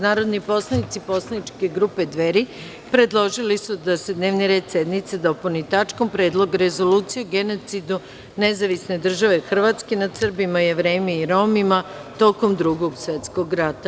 Narodni poslanici poslaničke grupe Dveri predložili su da se dnevni red sednice dopuni tačkom – Predlog rezolucije o genocidu nezavisne države Hrvatske nad Srbima, Jevrejima i Romima, tokom Drugog svetskog rata.